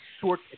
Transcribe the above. short